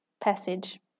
passage